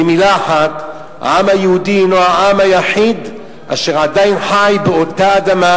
במלה אחת: העם היהודי הוא העם היחיד אשר עדיין חי על אותה אדמה,